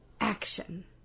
Action